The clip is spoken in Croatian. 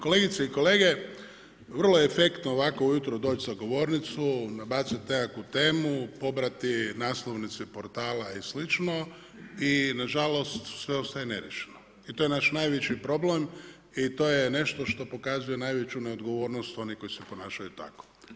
Kolegice i kolege, vrlo je efektno ovako ujutro doći za govornicu, nabacit nekakvu temu, pobrati naslovnice portala i slično i na žalost sve ostaje neriješeno i to je naš najveći problem i to je nešto što pokazuje najveću neodgovornost onih koji se ponašaju tako.